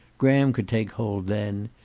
graham could take hold then.